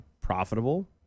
profitable